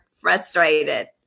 frustrated